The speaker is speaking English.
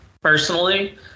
personally